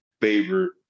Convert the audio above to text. favorite